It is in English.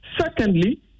Secondly